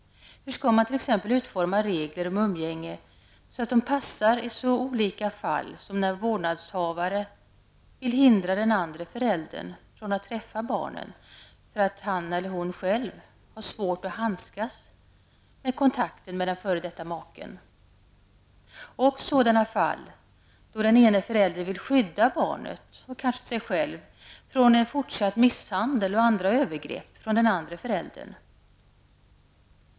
Hur skall man t.ex. utforma regler om umgänge så, att de passar i så olika fall som de där vårdnadshavare vill hindra den andra föräldern att träffa barnen för att han eller hon själv har svårt att handskas med kontakten med f.d. maken, och även de där den ene föräldern vill skydda barnet, och kanske sig själv, från fortsatt misshandel och andra övergrepp från den andra förälderns sida?